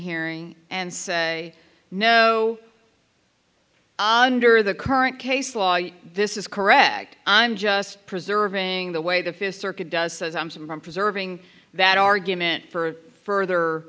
hearing and say no or the current case law this is correct i'm just preserving the way the fifth circuit does says i'm someone preserving that argument for further